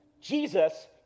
Jesus